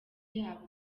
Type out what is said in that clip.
y’abo